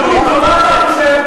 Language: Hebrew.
אבל זה נגד היהודים, החוק הזה.